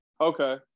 Okay